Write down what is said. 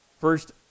First